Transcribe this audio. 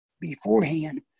beforehand